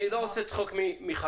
אני לא עושה צחוק מחקיקה.